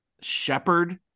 shepherd